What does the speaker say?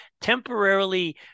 temporarily